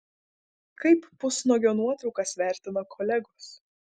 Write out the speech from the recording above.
kaip pusnuogio nuotraukas vertina kolegos